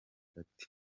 ati